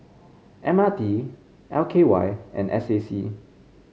M R T L K Y and S A C